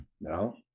No